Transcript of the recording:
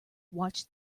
watch